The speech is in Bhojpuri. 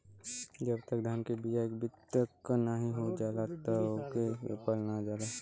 जब तक धान के बिया एक बित्ता क नाहीं हो जाई तब तक ओके रोपल ना जाला